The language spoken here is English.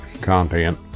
content